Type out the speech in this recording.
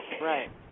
Right